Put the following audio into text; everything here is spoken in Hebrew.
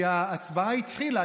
כי ההצבעה התחילה.